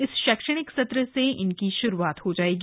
इस शैक्षणिक सत्र से इनकी श्रूआत हो जायेगी